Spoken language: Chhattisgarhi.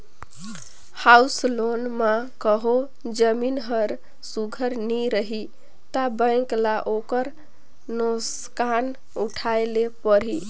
हाउस लोन म कहों जमीन हर सुग्घर नी रही ता बेंक ल ओकर नोसकान उठाए ले परही